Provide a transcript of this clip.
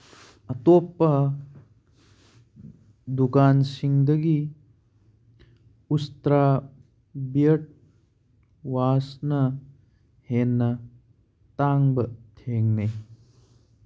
ꯑꯇꯣꯞꯄ ꯗꯨꯀꯥꯟꯁꯤꯡꯗꯒꯤ ꯎꯁꯇ꯭ꯔꯥ ꯕꯤꯌꯔꯠ ꯋꯥꯁꯅ ꯍꯦꯟꯅ ꯇꯥꯡꯕ ꯊꯦꯡꯅꯩ